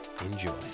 Enjoy